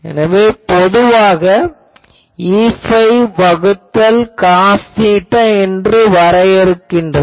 எனவே பொதுவாக Eϕ வகுத்தல் காஸ் தீட்டா என்று வரைகின்றனர்